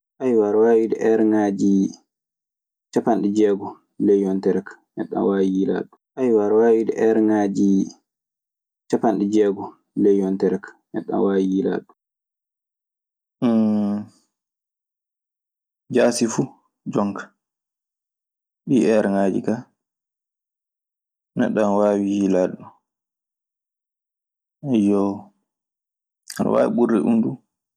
ana wawi heregaji ,ciapanɗe diegom le ƴontere ka, nendo ana wawi ƴilade. Saatuuje ana waawi ɓurde ɗun. Saatuuje ana waawi jaasude ɗun. Fanɗude jon kaa. jaasi fuu jooni ka ɗi herŋaaji ka, neɗɗo ina waawi hilaade ɗum. Eyyo, ina waawi burɗe ɗum du.